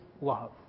love